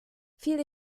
viele